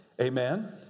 Amen